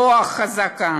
רוח חזקה,